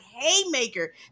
haymaker